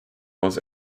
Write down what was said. was